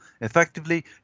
effectively